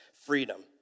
freedom